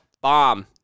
bomb